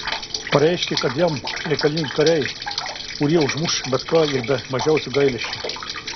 pareiškė kad jam reikalingi kariai kurie užmuš bet ką ir be mažiausio gailesčio